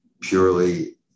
purely